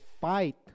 fight